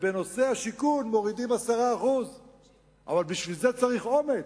ובנושא השיכון מורידים 10%. אבל בשביל זה צריך אומץ,